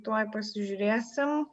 tuoj pasižiūrėsim